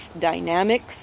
dynamics